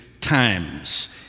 times